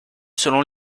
selon